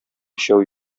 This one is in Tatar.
өчәү